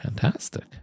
fantastic